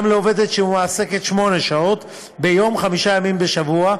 לעובדת שמועסקת שמונה שעות ביום במשך חמישה ימים בשבוע,